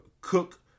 cook